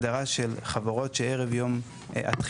ויש עוד הגדרה של חברות שערב יום התחילה